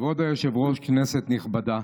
כבוד היושב-ראש, כנסת נכבדה,